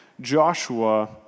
Joshua